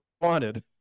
wanted